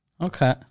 Okay